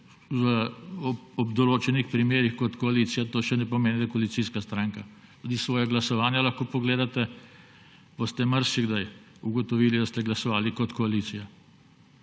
ob določenih primerih kot koalicija, to še ne pomeni, da je koalicijska stranka. Tudi svoja glasovanja lahko pogledate, boste marsikdaj ugotovili, da ste glasovali kot koalicija.